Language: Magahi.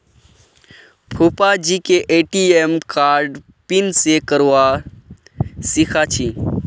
फूफाजीके ए.टी.एम कार्डेर पिन सेट करवा सीखा छि